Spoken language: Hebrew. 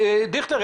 דיכטר,